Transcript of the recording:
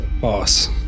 Boss